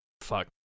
Fuck